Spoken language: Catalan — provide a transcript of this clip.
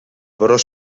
però